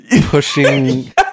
pushing